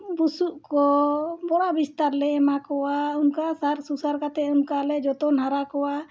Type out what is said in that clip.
ᱵᱩᱥᱩᱵ ᱠᱚ ᱵᱚᱲᱟ ᱵᱤᱥᱛᱟᱨ ᱞᱮ ᱮᱢᱟ ᱠᱚᱣᱟ ᱚᱱᱠᱟ ᱥᱟᱨ ᱥᱩᱥᱟᱹᱨ ᱠᱟᱛᱮᱫ ᱚᱱᱠᱟ ᱞᱮ ᱡᱚᱛᱚᱱ ᱦᱟᱨᱟ ᱠᱚᱣᱟ